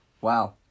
Wow